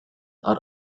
are